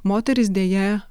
moterys deja